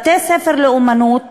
בתי-ספר לאמנות,